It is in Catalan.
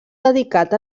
dedicat